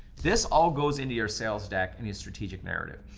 this all goes into your sales deck and your strategic narrative.